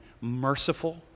merciful